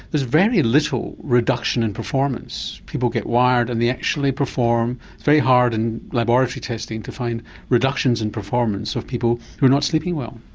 there's very little reduction in performance. people get wired and they actually perform, it's very hard in laboratory testing to find reductions in performance of people who are not sleeping well.